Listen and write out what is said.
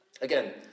Again